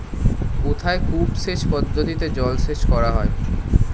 কোথায় কূপ সেচ পদ্ধতিতে জলসেচ করা হয়?